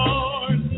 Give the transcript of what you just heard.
Lord